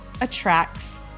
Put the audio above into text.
attracts